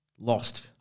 lost